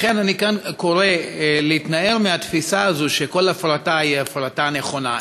לכן אני כאן קורא להתנער מהתפיסה הזו שכל הפרטה היא הפרטה נכונה.